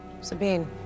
Sabine